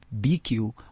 BQ